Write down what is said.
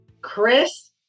Chris